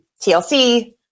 TLC